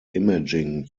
imaging